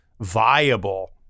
viable